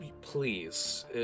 Please